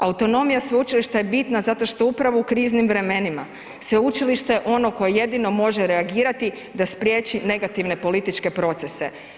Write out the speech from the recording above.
Autonomija sveučilišta je bitna zato što upravo u kriznim vremenima sveučilište je ono koje jedino može reagirati da spriječi negativne političke procese.